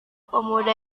pemuda